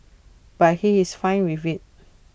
but he is fine with IT